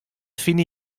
fine